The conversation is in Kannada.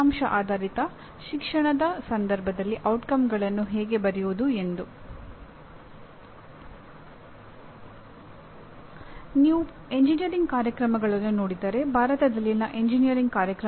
ಎಂಜಿನಿಯರಿಂಗ್ ಶಿಕ್ಷಣದದಲ್ಲಿ ಈ ಏಜೆನ್ಸಿ ರಾಷ್ಟ್ರೀಯ ಮಾನ್ಯತೆ ಮಂಡಳಿಯಾಗಿದೆ ಮತ್ತು ಸಾಮಾನ್ಯ ಕಾರ್ಯಕ್ರಮಗಳ ಸಂದರ್ಭದಲ್ಲಿ ಇದು ಎನ್ಎಎಸಿ ಆಗಿದೆ